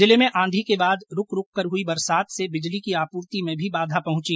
जिले में आंधी के बाद रूक रूक कर हुई बरसात से बिजली की आपूर्ति में भी बाधा पहुंची